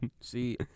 See